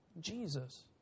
Jesus